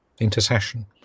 intercession